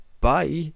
bye